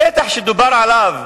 השטח שדובר עליו,